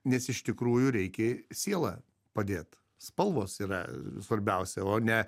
nes iš tikrųjų reikia sielą padėt spalvos yra svarbiausia o ne